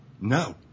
No